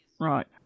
right